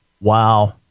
wow